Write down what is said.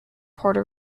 puerto